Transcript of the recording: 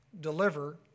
deliver